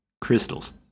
Crystals